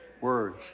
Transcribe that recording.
Words